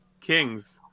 kings